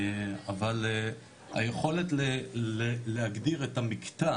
אבל היכולת להגדיר את המקטע